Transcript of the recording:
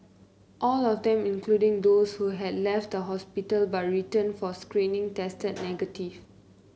all of them including those who had left the hospital but returned for screening tested negative